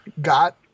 got